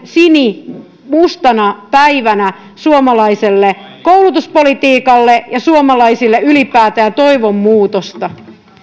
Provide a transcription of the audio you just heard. sinimustana päivänä suomalaiselle koulutuspolitiikalle ja suomalaisille ylipäätään toivon muutosta